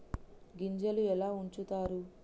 గింజలు ఎలా ఉంచుతారు?